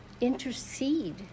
intercede